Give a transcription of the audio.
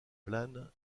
plane